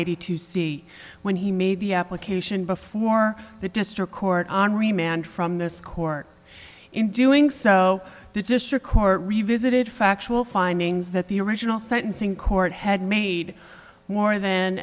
eighty two c when he made the application before the district court henri man from this court in doing so the district court revisited factual findings that the original sentencing court had made more than